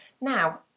Now